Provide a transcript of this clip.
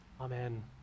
Amen